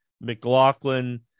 McLaughlin